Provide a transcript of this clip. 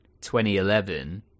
2011